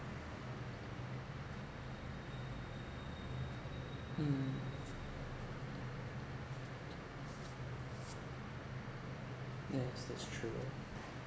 mm yes that's true